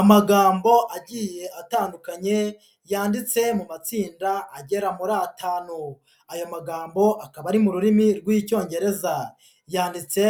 Amagambo agiye atandukanye yanditse mu matsinda agera muri atanu, aya magambo akaba ari mu rurimi rw'icyongereza, yanditse